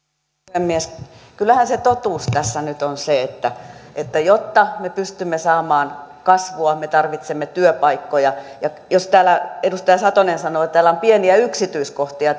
puhemies kyllähän se totuus tässä nyt on se että että jotta me pystymme saamaan kasvua me tarvitsemme työpaikkoja jos täällä edustaja sanoo että täällä arviointineuvoston raportissa on pieniä yksityiskohtia